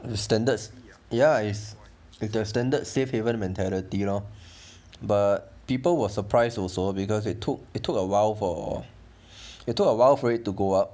the standards ya is the standard safe haven mentality you know but people were surprised also because it took it took a while for it took awhile for it to go up